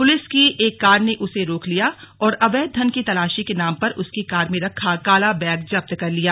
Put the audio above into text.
police की एक car ने उसे रोक लिया और अवैध धन की तलाशी के नाम पर उसकी कार में रखा काला बैग जब्त कर लिया